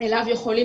אליו יכולים,